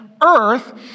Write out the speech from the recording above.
earth